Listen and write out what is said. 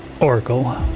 oracle